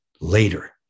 later